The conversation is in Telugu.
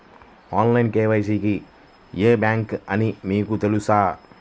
ఆన్లైన్ కే.వై.సి కి ఏ బ్యాంక్ అని మీకు తెలుసా?